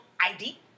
ID